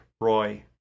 Roy